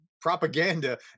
propaganda